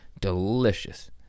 delicious